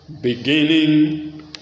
beginning